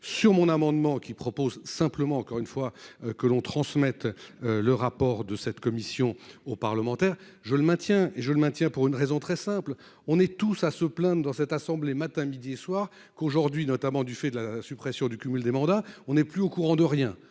sur mon amendement qui propose simplement encore une fois que l'on transmette. Le rapport de cette commission aux parlementaires, je le maintiens et je le maintiens. Pour une raison très simple, on est tous à se plaindre dans cette assemblée, matin, midi et soir, qu'aujourd'hui, notamment du fait de la suppression du cumul des mandats, on est plus au courant de rien